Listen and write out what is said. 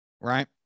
right